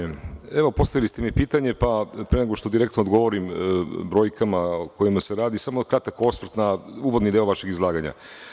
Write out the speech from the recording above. Evo, postavili ste mi pitanje, pa pre nego što direktno odgovorim o brojkama o kojima se radi, samo kratak osvrt na uvodni deo vašeg izlaganja.